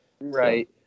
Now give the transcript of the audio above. right